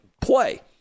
play